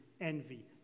envy